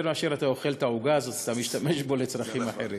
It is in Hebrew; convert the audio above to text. יותר מאשר אתה אוכל את העוגה הזאת אתה משתמש בו לצרכים אחרים.